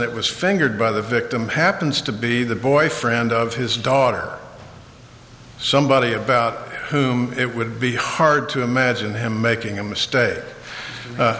that was fingered by the victim happens to be the boyfriend of his daughter somebody about whom it would be hard to imagine him making a mistake